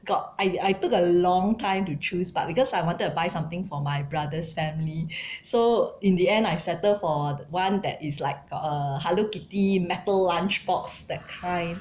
got I I took a long time to choose but because I wanted to buy something for my brother's family so in the end I settle for one that is like got a Hello Kitty metal lunch box that kind